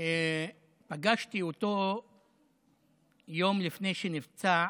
פגשתי אותו יום לפני שנפצע,